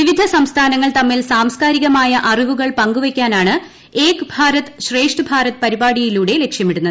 വിവിധ സംസ്ഥാനങ്ങൾ തമ്മിൽ സാംസ്കാരികമായ അറിവുകൾ പങ്കുവയ്ക്കാനാണ് ഏക് ഭാരത് ശ്രേഷ്ഠ് ഭാരത് പരിപാടിയിലൂടെ ലക്ഷ്യമിടുന്നത്